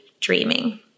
dreaming